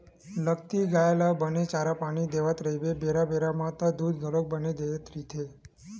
लगती गाय ल बने चारा पानी देवत रहिबे बेरा बेरा म त दूद घलोक बने देवत रहिथे